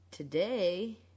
Today